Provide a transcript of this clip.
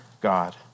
God